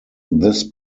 this